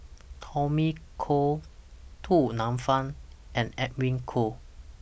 Tommy Koh Du Nanfa and Edwin Koo